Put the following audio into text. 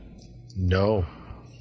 No